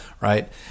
right